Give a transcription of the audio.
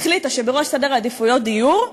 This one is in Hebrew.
החליטה שבראש סדר העדיפויות דיור,